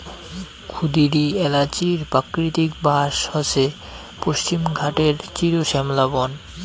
ক্ষুদিরী এ্যালাচির প্রাকৃতিক বাস হসে পশ্চিমঘাটের চিরশ্যামলা বন